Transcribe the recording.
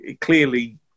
clearly